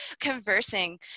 conversing